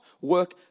work